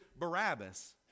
Barabbas